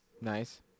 Nice